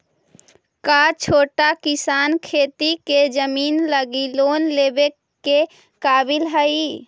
का छोटा किसान खेती के जमीन लगी लोन लेवे के काबिल हई?